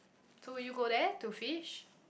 so would you go there to fish